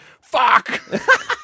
fuck